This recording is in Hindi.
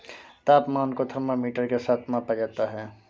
तापमान को थर्मामीटर के साथ मापा जाता है